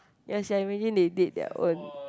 ya sia imagine they did their own